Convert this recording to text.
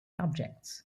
objects